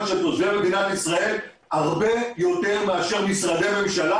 שתורם למדינת ישראל הרבה יותר ממשרדי ממשלה